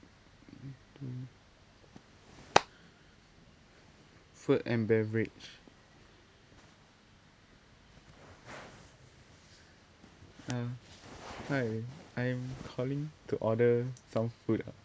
one two food and beverage uh hi I'm calling to order some food ah